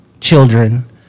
children